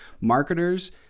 marketers